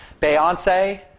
Beyonce